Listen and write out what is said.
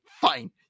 fine